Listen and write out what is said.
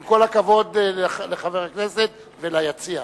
עם כל הכבוד לחבר הכנסת וליציע.